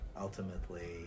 ultimately